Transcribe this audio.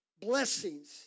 blessings